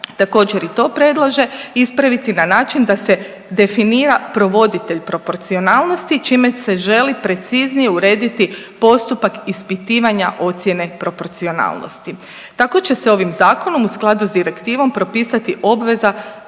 također i to predlaže ispraviti na način da se definira provoditelj proporcionalnosti čime se želi preciznije urediti postupak ispitivanja ocjene proporcionalnosti. Tako će se ovim zakonom u skladu sa direktivom propisati obveza